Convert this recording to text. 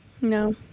No